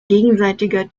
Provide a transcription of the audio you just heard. gegenseitiger